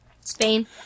Spain